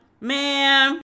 ma'am